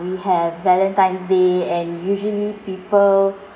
we have valentines day and usually people